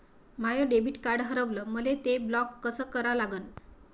माय debit card हारवलं, मले ते ब्लॉक कस करा लागन?